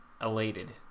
elated